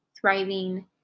thriving